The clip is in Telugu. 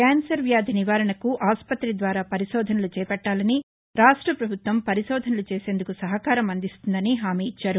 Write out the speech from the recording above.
క్యాన్సర్ వ్యాధి నివారణకు ఆస్పతి ద్వారా పరిశోధనలు చేపట్టాలని రాష్ట పభుత్వం పరిశోధనలు చేసేందుకు సహకారం అందిస్తుందని హామీ ఇచ్చారు